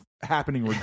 happening